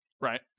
Right